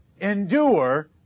endure